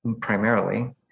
primarily